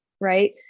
right